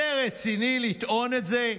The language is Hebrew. זה רציני לטעון את זה?